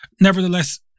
Nevertheless